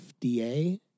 fda